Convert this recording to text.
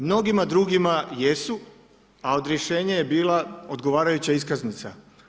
Mnogima drugima jesu, a odrješenje je bila odgovarajuća iskaznica.